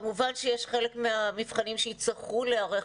כמובן שיש חלק מהמבחנים שיצטרכו להיערך